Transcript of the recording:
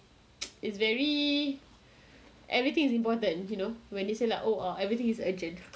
it's very everything is important you know when they say like oh everything is urgent